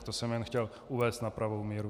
To jsem chtěl uvést na pravou míru.